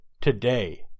today